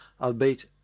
albeit